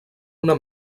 una